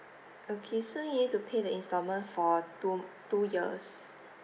okay so you need to pay the installment for two two years